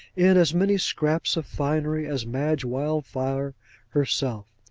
in as many scraps of finery as madge wildfire herself.